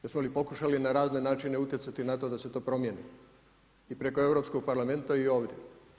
Jesmo li pokušali na razne načine utjecati na to da se to promijeni i preko Europskog parlamenta i ovdje?